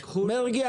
מרגי,